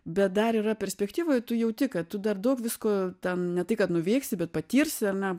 bet dar yra perspektyvoj tu jauti kad tu dar daug visko ten ne tai kad nuveiksi bet patirsi ar ne